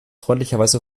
freundlicherweise